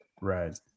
Right